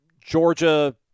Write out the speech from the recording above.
Georgia